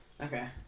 Okay